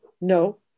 No